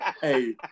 Hey